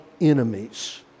enemies